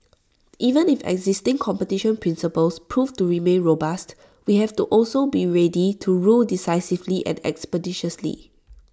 even if existing competition principles prove to remain robust we have to also be ready to rule decisively and expeditiously